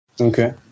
Okay